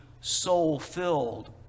soul-filled